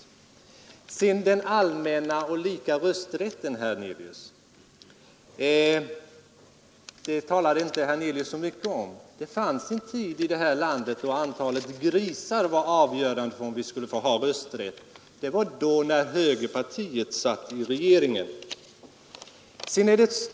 Vad sedan den allmänna och lika rösträtten beträffar talade herr Hernelius inte så mycket om den, men det fanns en tid då antalet grisar var avgörande om man skulle ha rösträtt här i landet. Det var när högerpartiet satt i regeringen.